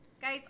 Guys